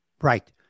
Right